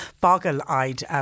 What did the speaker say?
boggle-eyed